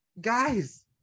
guys